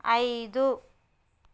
ఐదు